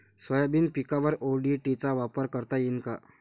Soybean पिकावर ODT चा वापर करता येईन का?